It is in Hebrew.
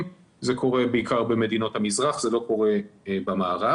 וזה קורה בעיקר במדינות המזרח ולא קורה במערב.